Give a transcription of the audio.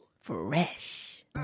Fresh